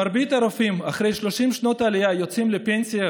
מרבית הרופאים אחרי 30 שנות עלייה יוצאים לפנסיה,